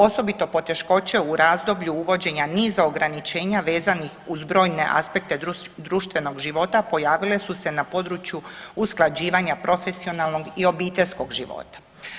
Osobito poteškoće u razdoblju uvođenja niza ograničenja vezanih uz brojne aspekte društvenog života pojavile su se na području usklađivanja profesionalnog i obiteljskog života.